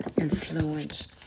influence